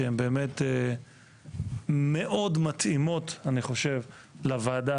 שאני חושב שהן מאוד מתאימות לוועדה